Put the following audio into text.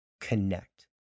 connect